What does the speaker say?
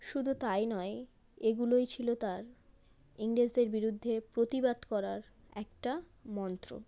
শুধু তাই নয় এগুলোই ছিল তার ইংরেজদের বিরুদ্ধে প্রতিবাদ করার একটা মন্ত্র